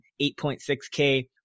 8.6K